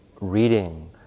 reading